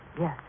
yes